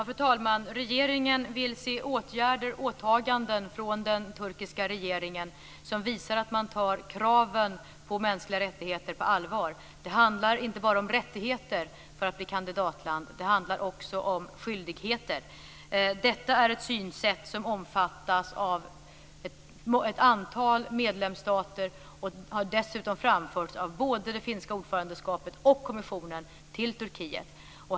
Fru talman! Regeringen vill se åtgärder och åtaganden från den turkiska regeringen som visar att man tar kraven på mänskliga rättigheter på allvar. Det handlar inte bara om rättigheter för att bli kandidatland. Det handlar också om skyldigheter. Detta är ett synsätt som omfattas av ett antal medlemsstater och har dessutom framförts av både det finska ordförandeskapet och kommissionen till Turkiet.